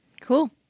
cool